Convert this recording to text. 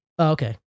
okay